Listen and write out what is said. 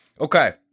Okay